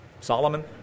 Solomon